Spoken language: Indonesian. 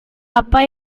apa